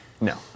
No